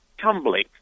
tumbling